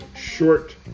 short